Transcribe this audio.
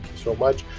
so much.